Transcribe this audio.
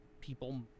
people